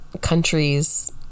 countries